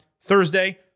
Thursday